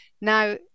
Now